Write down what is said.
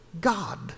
God